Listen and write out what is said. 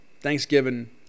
Thanksgiving